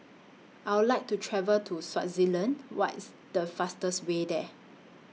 I Would like to travel to Swaziland What IS The fastest Way There